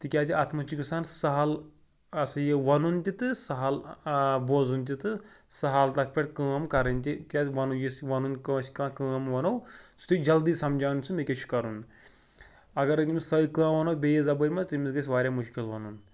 تِکیٛازِ اَتھ منٛز چھِ گَژھان سَہل آسا یہِ وَنُن تہِ تہٕ سَہل بوزُن تہِ تہٕ سَہل تَتھ پٮ۪ٹھ کأم کَرٕنۍ تہِ کیٛازِ وَنُن یُس یہِ وَنُن کٲنٛسہِ کانٛہہ کٲم وَنو سُہ جلدی سَمجان سُہ مےٚ کیٛاہ چھِ کَرُن اَگر أمِس کٲم وَنو بیٚیِس زَبٲنۍ منٛز تٔمِس گَژھِ واریاہ مُشکِل وَنُن